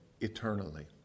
eternally